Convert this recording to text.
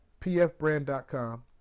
pfbrand.com